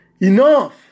Enough